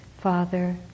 Father